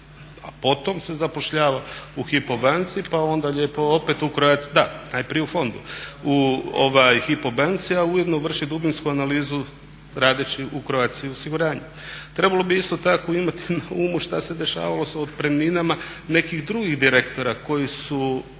a potom se zapošljava u Hypo banci, pa onda lijepo opet u, da najprije u fondu, u Hypo banci a ujedno vrši dubinsku analizu radeći u Croatia osiguranju. Trebalo bi isto tako imati na umu što se dešavalo sa otpremninama nekih drugih direktora koji su